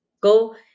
go